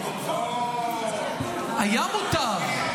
היה מותר.